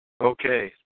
Okay